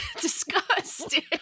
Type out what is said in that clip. Disgusting